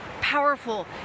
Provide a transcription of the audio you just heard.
powerful